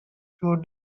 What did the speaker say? few